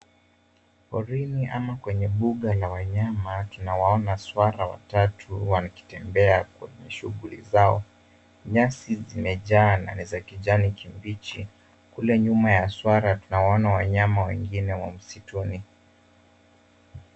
Porini ama kwenye mbuga la wanyama tunawaona swara watatu wakitembea kwenye shughuli zao. Nyasi zimejaa na ni za kijani kibichi. Kule nyuma ya swara tunawaona wanyama wengine wa msituni.